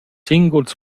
singuls